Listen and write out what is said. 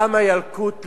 למה ילקוט לא,